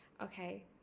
okay